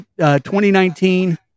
2019